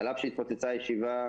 ועל אף שהתפוצצה הישיבה,